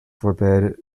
forbid